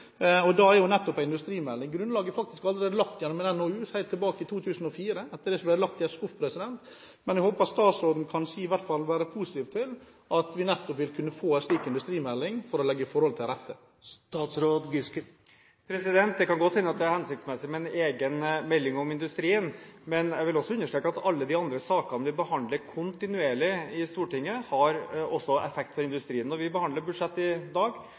felt. Da er nettopp en industrimelding viktig – grunnlaget ble faktisk allerede lagt gjennom en NOU helt tilbake til 2004. Etter det ble det lagt i en skuff. Men jeg håper statsråden i hvert fall kan være positiv til at vi nettopp får en slik industrimelding for å legge forholdene til rette. Det kan godt hende at det er hensiktsmessig med en egen melding om industrien, men jeg vil også understreke at alle de andre sakene vi behandler kontinuerlig i Stortinget, også har effekt for industrien. Når vi behandler budsjettet i dag,